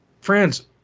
Friends